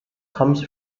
comes